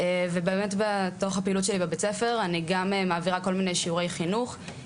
ובאמת בתוך הפעילות שלי בבית ספר אני גם מעבירה כל מיני שיעורי חינוך,